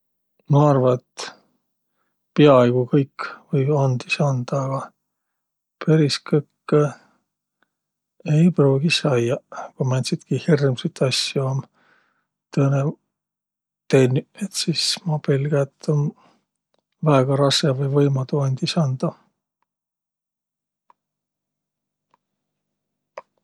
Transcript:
Ma arva, et piaaigo kõik või jo andis andaq, aga peris kõkkõ ei pruugiq saiaq. Ku määntsitki hirmsit asjo um tõõnõ tennüq, sis ma pelgä, et um väega rassõ vai võimadu andis andaq.